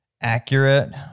accurate